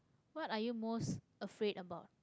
what are you most afraid about